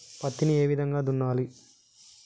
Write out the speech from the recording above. పత్తిని ఏ విధంగా దున్నాలి?